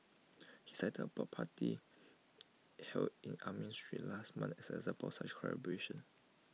he cited A block party held in Armenian street last month as an example such collaboration